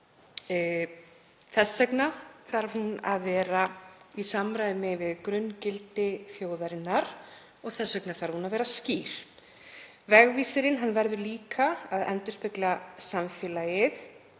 Þess vegna þarf hún að vera í samræmi við grunngildi þjóðarinnar og þess vegna þarf hún að vera skýr. Vegvísirinn verður líka að endurspegla samfélagið,